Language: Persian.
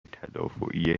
تدافعی